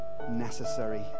Necessary